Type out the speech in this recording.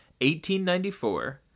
1894